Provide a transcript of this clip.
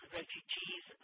refugees